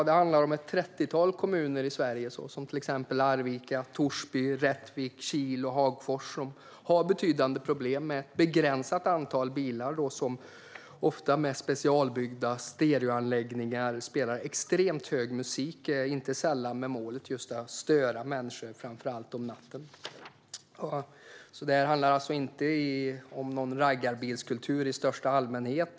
Det handlar om ett trettiotal kommuner i Sverige, till exempel Arvika, Torsby, Rättvik, Kil och Hagfors som har betydande problem med ett begränsat antal bilar som ofta med specialbyggda stereoanläggningar spelar extremt hög musik inte sällan med målet att just störa människor framför allt om natten. Det handlar alltså inte om någon raggarbilskultur i största allmänhet.